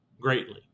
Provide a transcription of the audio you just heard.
greatly